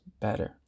better